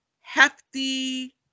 hefty